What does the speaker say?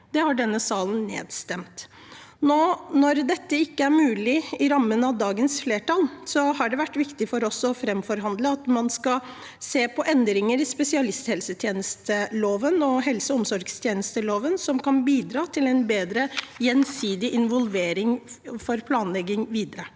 Det har denne salen stemt ned. Nå når dette ikke er mulig med dagens flertall, har det vært viktig for oss å framforhandle at man skal se på endringer i spesialisthelsetjenesteloven og helse- og omsorgstjenesteloven som kan bidra til en bedre gjensidig involvering for planlegging videre.